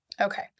Okay